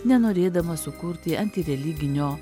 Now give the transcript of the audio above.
nenorėdamas sukurti antireliginio